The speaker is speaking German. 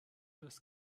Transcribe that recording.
das